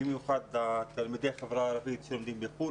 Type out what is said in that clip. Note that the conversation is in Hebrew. במיוחד לתלמידי החברה הערבית שלומדים בחוץ לארץ.